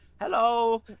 hello